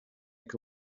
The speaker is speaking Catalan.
que